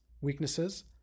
weaknesses